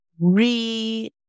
Re